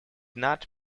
not